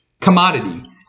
commodity